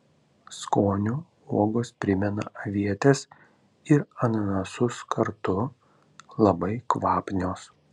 skoniu uogos primena avietes ir ananasus kartu labai kvapnios